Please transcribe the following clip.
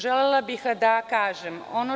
Želela bih da kažem nešto.